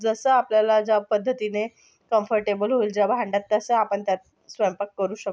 जसं आपल्याला ज्या पद्धतीने कम्फर्टेबल होईल ज्या भांड्यात तसा आपण त्यात स्वयंपाक करू शकतो